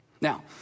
Now